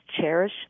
cherish